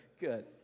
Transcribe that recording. good